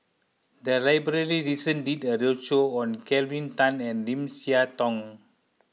the library recently did a roadshow on Kelvin Tan and Lim Siah Tong